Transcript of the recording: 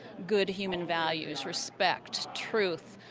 good human values respect, truth,